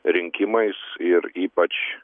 rinkimais ir ypač